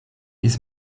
his